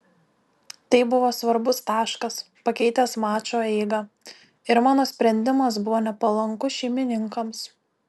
tai buvo svarbus taškas pakeitęs mačo eigą ir mano sprendimas buvo nepalankus šeimininkams